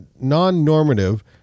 non-normative